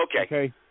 Okay